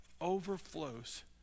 overflows